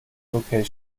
location